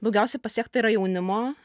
daugiausiai pasiekta yra jaunimo